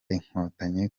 inkotanyi